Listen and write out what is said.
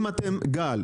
גל,